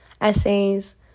essays